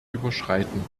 überschreiten